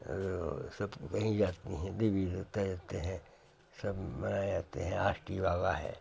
वह सब कहीं जाती हैं देवी देवता जितने हैं सब मनाए जाते हैं आष्टी बाबा हैं